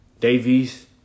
Davies